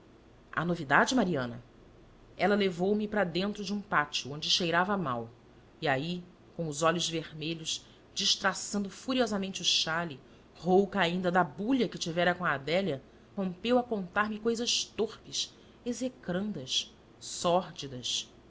há novidade mariana ela levou-me para dentro de um pátio onde cheirava mal e aí com os olhos vermelhos destraçando furiosamente o xale rouca ainda da bulha que tivera com a adélia rompeu a contarme cousas torpes execrandas sórdidas